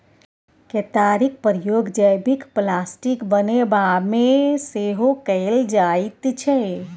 केतारीक प्रयोग जैबिक प्लास्टिक बनेबामे सेहो कएल जाइत छै